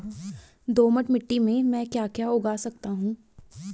दोमट मिट्टी में म ैं क्या क्या उगा सकता हूँ?